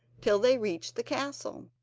till they reached the castle.